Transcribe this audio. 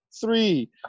three